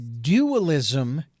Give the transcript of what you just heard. dualism